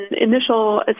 initial